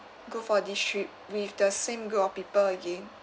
go for this trip with the same group of people again